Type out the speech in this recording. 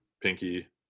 pinky